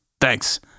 Thanks